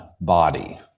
body